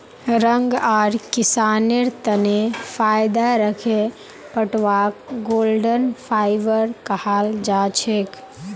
रंग आर किसानेर तने फायदा दखे पटवाक गोल्डन फाइवर कहाल जाछेक